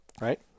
right